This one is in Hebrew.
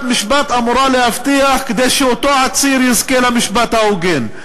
משפט אמורה להבטיח כדי שאותו עציר יזכה למשפט הוגן.